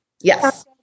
Yes